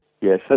Yes